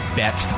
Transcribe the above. bet